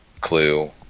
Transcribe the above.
Clue